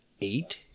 eight